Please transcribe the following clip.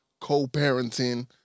co-parenting